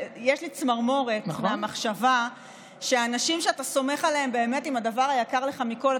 יש לי צמרמורת מהמחשבה שאנשים שאתה סומך עליהם עם הדבר היקר לך מכול,